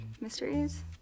mysteries